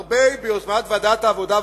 הרבה ביוזמת ועדת העבודה,